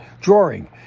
drawing